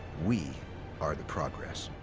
we are the progress.